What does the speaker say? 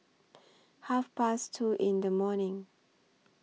Half Past two in The morning